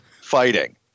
fighting